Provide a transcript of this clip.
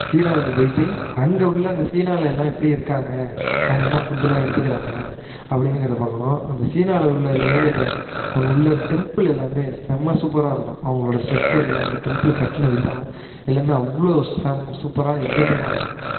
சீனாவுக்கு போய்ட்டு அங்கே உள்ளே அந்த சீனாவில் எல்லாம் எப்படி இருக்காங்க அவங்க என்ன ஃபுட்லாம் எடுத்துக்கிறாங்க அப்படினுங்கிறத பார்க்கணும் அந்த சீனாவில் உள்ளது மாரி அந்த அங்குள்ளே டெம்பிள் எல்லாம் செம சூப்பராக இருக்கும் அவங்களோட ஸ்டெச்சரு அந்த டெம்பிள் கட்டின விதம் எல்லாம் அவ்வளோ செம சூப்பராக எக்சைட்டடாக இருக்கும்